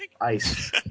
ice